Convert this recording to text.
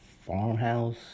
farmhouse